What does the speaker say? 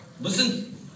Listen